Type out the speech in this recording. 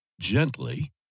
gently